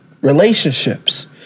relationships